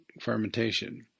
fermentation